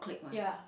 ya